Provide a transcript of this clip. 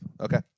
okay